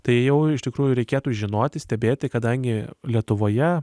tai jau iš tikrųjų reikėtų žinoti stebėti kadangi lietuvoje